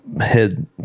Head